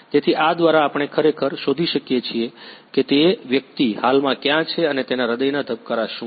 તેથી આ દ્વારા આપણે ખરેખર શોધી શકીએ છીએ કે તે વ્યક્તિ હાલમાં ક્યાં છે અને તેના હૃદયના ધબકારા શું છે